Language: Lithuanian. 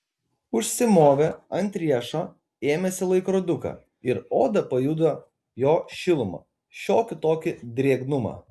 užsimovė ant riešo ėmėsi laikroduką ir oda pajuto jo šilumą šiokį tokį drėgnumą